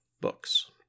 books